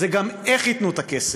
זה גם איך ייתנו את הכסף,